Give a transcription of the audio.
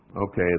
Okay